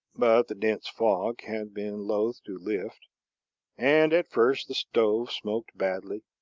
but the dense fog had been loath to lift and at first the stove smoked badly,